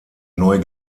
neu